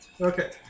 Okay